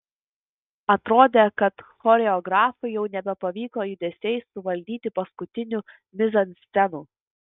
atrodė kad choreografui jau nebepavyko judesiais suvaldyti paskutinių mizanscenų